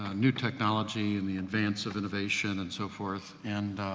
ah new technology and the advance of innovation and so forth. and,